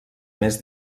mes